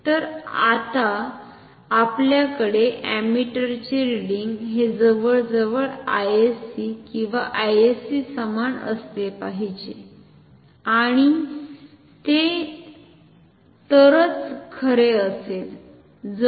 तर आता आपल्याकडे अमीटरचे रिडिंग हे जवळजवळ Isc किंवा I sc समान असले पाहिजे आणि ते तरच खरे असेल जर